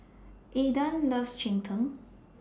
Aydan loves Cheng Tng